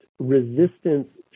resistance